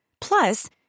Plus